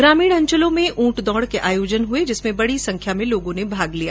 ग्रामीण अंचलों में ऊंट दौड के आयोजन भी हुए जिसमें बड़ी संख्या में लोगों ने भाग लिया